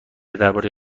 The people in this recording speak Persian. درباره